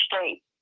state